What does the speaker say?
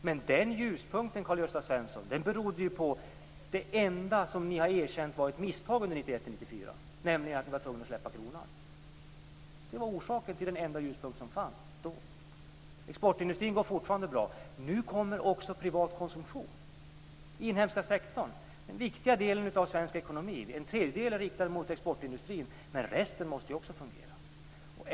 Men den ljuspunkten, Karl Gösta Svenson, berodde på det enda som ni har erkänt var ett misstag 1991-1994, nämligen att ni var tvungna att släppa kronan. Det var orsaken till den enda ljuspunkt som då fanns. Exportindustrin går fortfarande bra. Nu ökar också privat konsumtion inom den inhemska sektorn. Det är en viktig del av svensk ekonomi. En tredjedel är riktad mot exportindustrin, men resten måste också fungera.